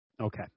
Okay